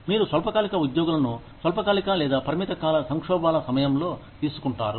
మీరు స్వల్పకాలిక ఉద్యోగులను స్వల్పకాలిక లేదా పరిమిత కాల సంక్షోభాల సమయంలో తీసుకుంటారు